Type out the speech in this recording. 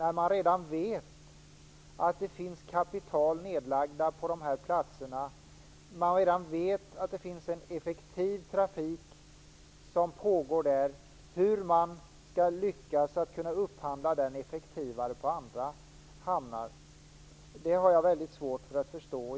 Vi vet att det redan finns kapital nedlagt på de aktuella platserna. Vi vet att effektiv trafik pågår där. Jag har väldigt svårt att förstå hur man skall lyckas att upphandla och få det effektivare i andra hamnar.